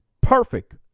perfect